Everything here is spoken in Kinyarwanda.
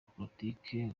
politiki